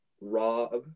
Rob